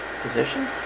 position